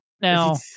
now